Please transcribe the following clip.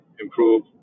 improve